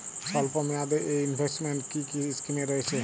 স্বল্পমেয়াদে এ ইনভেস্টমেন্ট কি কী স্কীম রয়েছে?